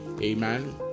Amen